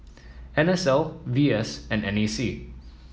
N S L V S and N A C